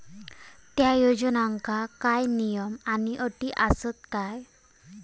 त्या योजनांका काय नियम आणि अटी आसत काय?